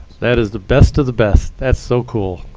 that is the best of the best. that's so cool.